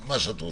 מה שאת רוצה.